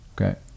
Okay